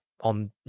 on